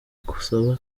gusaba